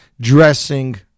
dressing